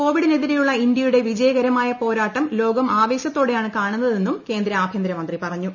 കോവിഡിനെതിരെയുള്ള ഇന്ത്യയുടെ വിജയകരമായ പോരാട്ടം ലോകം ആവേശത്തോടെയാണ് കാണുന്നതെന്നും കേന്ദ്ര ആഭ്യന്തരമന്ത്രി പറഞ്ഞു